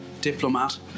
diplomat